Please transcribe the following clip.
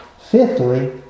fifthly